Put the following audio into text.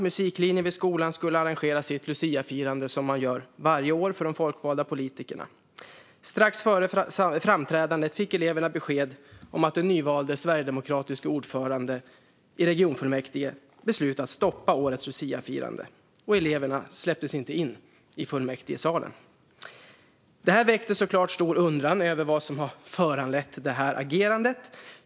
Musiklinjen vid skolan skulle arrangera sitt luciafirande, som man gör varje år för de folkvalda politikerna. Strax före framträdandet fick eleverna besked om att den nyvalda sverigedemokratiska ordföranden i regionfullmäktige beslutat att stoppa årets luciafirande, och eleverna släpptes inte in i fullmäktigesalen. Detta väckte såklart stor undran över vad som föranlett agerandet.